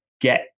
get